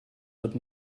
but